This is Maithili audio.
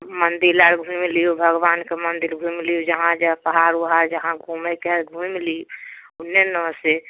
मंदिर आर घुमि लिउ भगवान कऽ मंदिर घुमि लिउ जहाँ जाउ पहाड़ उहाड़ जहाँ घुमैके हए घुमि ली ओने ने से